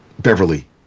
Beverly